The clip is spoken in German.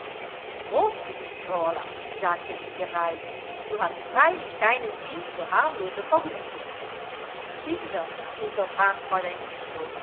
wie grob du bist orla sagte sie gereizt du hast freilich keinen sinn für harmlose vergnügen kinder unterbrach fräulein